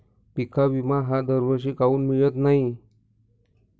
पिका विमा हा दरवर्षी काऊन मिळत न्हाई?